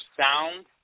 sound